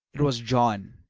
it was john,